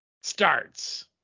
starts